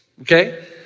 okay